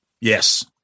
Yes